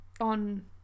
on